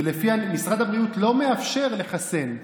ומשרד הבריאות לא מאפשר לחסן,